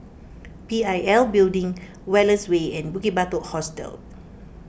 P I L Building Wallace Way and Bukit Batok Hostel